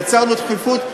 יצרנו דחיפות,